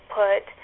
put